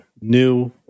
New